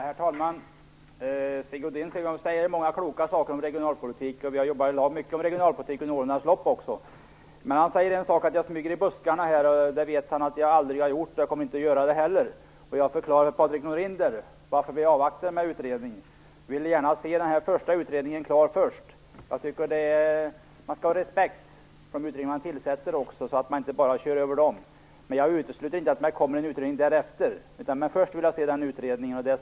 Herr talman! Sigge Godin säger många kloka saker om regionalpolitiken. Vi har under årens lopp jobbat mycket med regionalpolitiken. Men han säger att jag smyger i buskarna i frågan. Det vet han att jag aldrig har gjort, och jag kommer inte heller att göra det. Jag har förklarat för Patrik Norinder varför vi avvaktar med utredningen. Vi vill gärna se den pågående utredningen färdig först. Man skall ha respekt för de utredningar som tillsätts, så att de inte bara körs över. Jag utesluter inte att det kommer att tillsättas en utredning därefter. Men först vill vi se nuvarande utrednings resultat.